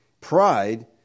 pride